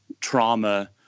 trauma